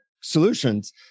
solutions